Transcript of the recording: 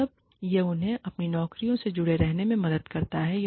तब यह उन्हें अपनी नौकरी से जुड़े रहने में मदद करता है